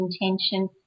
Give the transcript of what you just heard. intention